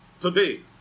today